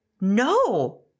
No